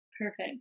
Perfect